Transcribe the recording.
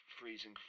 freezing